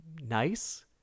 nice